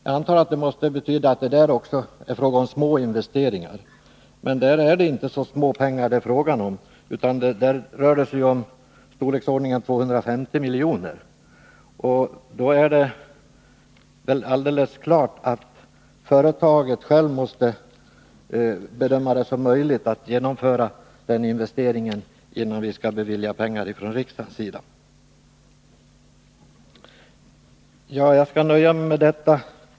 Jag antar att han menar att det också där är fråga om små investeringar. Men där är det inte fråga om så små pengar, utan det rör sig om en summa i storleksordningen 250 miljoner. Då är det väl alldeles klart att företaget självt först måste bedöma om det är möjligt att genomföra en sådan investering, innan pengar beviljas från riksdagens sida. Jag skall nöja mig med det anförda.